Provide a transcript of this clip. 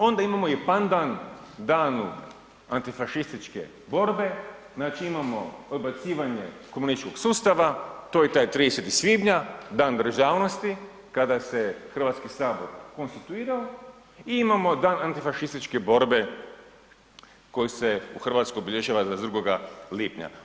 Onda imamo i pandan Danu antifašističke borbe, znači imamo odbacivanje komunističkog sustava, to je taj 30. svibnja, Dan državnosti, kada se Hrvatski sabor konstituirao i imamo Dan antifašističke borbe koji se u Hrvatskoj obilježava 22. lipnja.